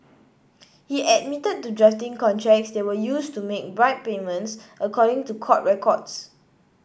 he admitted to drafting contracts that were used to make bribe payments according to court records